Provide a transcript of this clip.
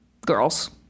Girls